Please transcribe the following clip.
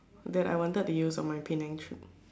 that I wanted to use on my Penang trip